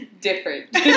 different